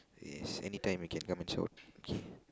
yes anytime you can come and shout